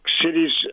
cities